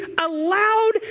allowed